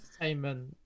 Entertainment